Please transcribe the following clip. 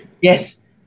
Yes